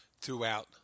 throughout